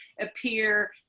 appear